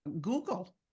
Google